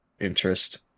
interest